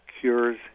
Cures